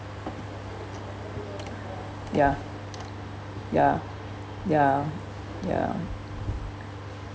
ya ya ya ya